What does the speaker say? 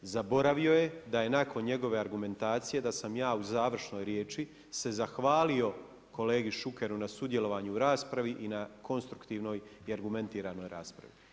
Zaboravio je da je nakon njegove argumentacije da sam ja u završnoj riječi se zahvalio kolegi Šukeru na sudjelovanju u raspravi i na konstruktivnoj i argumentiranoj raspravi.